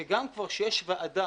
שגם כבר כשיש ועדת